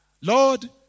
Lord